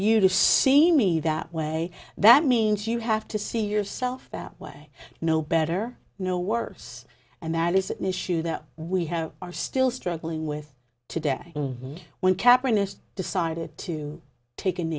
you to see me that way that means you have to see yourself that way no better no worse and that is an issue that we have are still struggling with today when caprona decided to take a